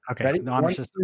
okay